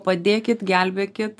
padėkit gelbėkit